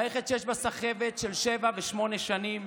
מערכת שיש בה סחבת של שבע ושמונה שנים.